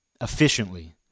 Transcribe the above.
efficiently